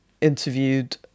interviewed